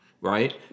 Right